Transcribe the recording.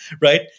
right